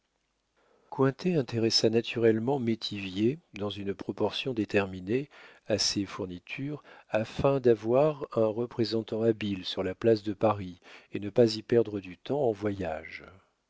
cointet intéressa naturellement métivier dans une proportion déterminée à ces fournitures afin d'avoir un représentant habile sur la place de paris et ne pas y perdre du temps en voyages